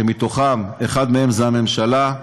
שאחד מהם זה הממשלה,